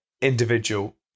individual